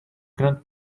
grand